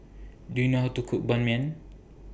Do YOU know How to Cook Ban Mian